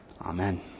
Amen